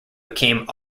became